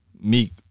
Meek